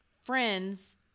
friends –